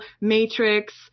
Matrix